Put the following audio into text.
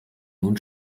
nun